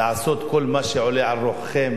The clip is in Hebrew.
לעשות כל מה שעולה על רוחכם